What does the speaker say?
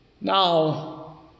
Now